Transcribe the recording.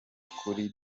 kuri